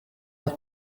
los